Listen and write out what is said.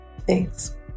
Thanks